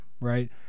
right